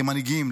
כמנהיגים,